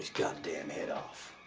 goddamn head off.